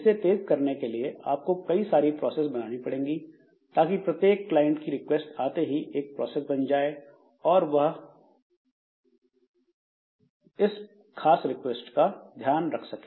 इसे तेज करने के लिए आपको कई सारी प्रोसेस बनानी पड़ेगी ताकि प्रत्येक क्लाइंट की रिक्वेस्ट आते ही एक प्रोसेस बन जाए और वह इस खास रिक्वेस्ट का ध्यान रख सके